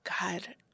God